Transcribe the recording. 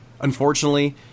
Unfortunately